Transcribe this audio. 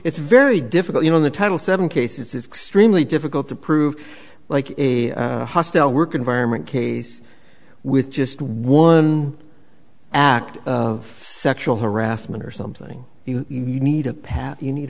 it's very difficult you know the title seven cases is extremely difficult to prove like a hostile work environment case with just one act of sexual harassment or something you need a pat you need